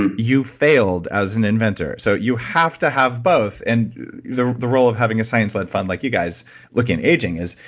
and you failed as an inventor. so you have to have both, and the the role of having a science-led fund like you guys looking at aging is,